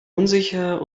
unsicher